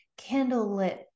candlelit